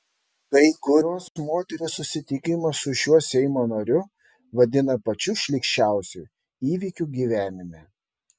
kai kurios moterys susitikimą su šiuo seimo nariu vadina pačiu šlykščiausiu įvykiu gyvenime